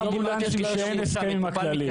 לחברת אמבולנסים אין הסכם עם הכללית.